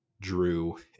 drew